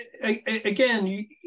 Again